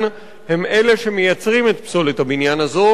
זה אלה שמייצרים את פסולת הבניין הזו.